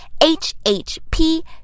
HHP